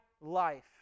life